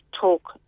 talk